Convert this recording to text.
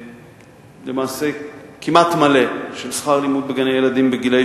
למעשה כמעט מלא של שכר-לימוד בגני-ילדים לגילאי